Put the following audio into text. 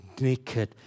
naked